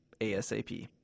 ASAP